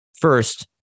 First